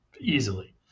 easily